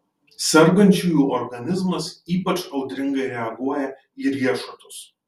sergančiųjų organizmas ypač audringai reaguoja į riešutus